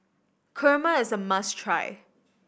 kurma is a must try